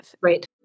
Right